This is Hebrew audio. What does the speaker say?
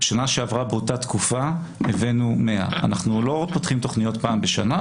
כשבשנה שעברה באותה תקופה הבאנו 100. אנחנו לא פותחים תכניות פעם בשנה,